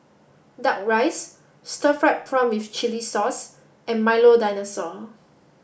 Duck Rice Stir Fried Prawn with Chili Sauce and Milo Dinosaur